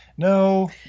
no